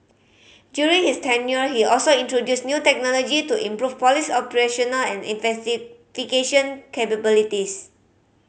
during his tenure he also introduced new technology to improve police operational and investigation capabilities